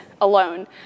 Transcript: alone